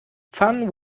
fun